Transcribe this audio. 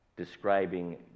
describing